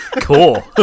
Cool